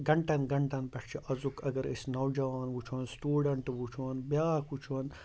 گھنٛٹَن گھنٛٹَن پٮ۪ٹھ چھُ أزیُک اگر أسۍ نوجوان وٕچھون سٕٹوٗڈںٛٹ وٕچھون بیٛاکھ وٕچھون